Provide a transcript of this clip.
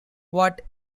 what